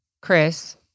Chris